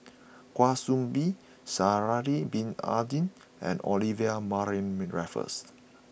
Kwa Soon Bee Sha'ari Bin Tadin and Olivia Mariamne Raffles